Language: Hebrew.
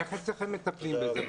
איך אצלכם מטפלים בזה?